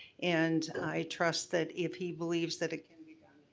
and i trust that if he believes that it can be done,